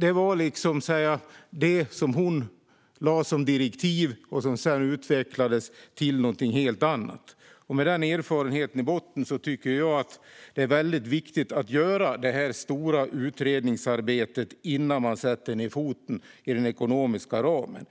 Det hon lade fram som direktiv utvecklades sedan till något helt annat. Med denna erfarenhet i botten tycker jag att det är viktigt att göra detta stora utredningsarbete innan man sätter ned foten om den ekonomiska ramen.